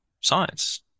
science